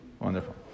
wonderful